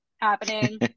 happening